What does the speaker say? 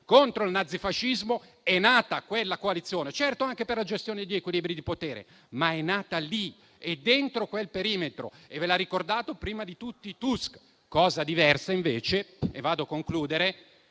contro il nazifascismo è nata quella coalizione; certo, anche per la gestione di equilibri di potere, ma è nata lì e dentro quel perimetro. Ve l'ha ricordato prima di tutti Tusk. Cosa diversa invece - e vado a concludere